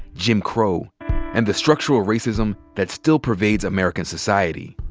jim crow and the structural racism that still pervades american society.